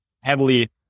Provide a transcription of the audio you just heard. heavily